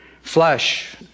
Flesh